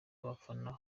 abafana